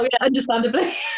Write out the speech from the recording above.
understandably